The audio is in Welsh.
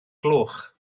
gloch